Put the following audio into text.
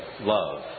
love